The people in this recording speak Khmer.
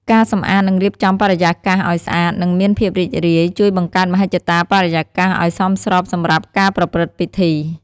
ការសម្អាតនឹងរៀបចំបរិយាកាសឲ្យស្អាត និងមានភាពរីករាយ ជួយបង្កើតមហិច្ឆតាបរិយាកាសឲ្យសមស្របសម្រាប់ការប្រព្រឹត្តិពិធី។